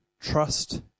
trust